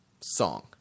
song